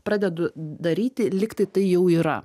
pradedu daryti lygtai tai jau yra